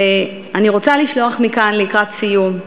אני רוצה לשלוח מכאן, לקראת סיום,